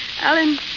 Alan